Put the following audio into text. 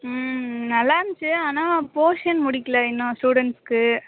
ம் நல்லாயிருந்துச்சு ஆனால் போர்ஷன் முடிக்கலை இன்னும் ஸ்டூடண்ட்ஸ்க்கு